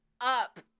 up